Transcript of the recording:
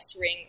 ring